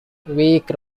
weak